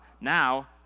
Now